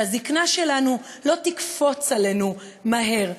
שהזיקנה שלנו לא תקפוץ עלינו מהר,